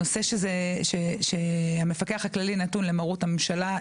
הנושא שהמפקח הכללי נתון למרות הממשלה,